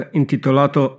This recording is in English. intitolato